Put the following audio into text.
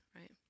right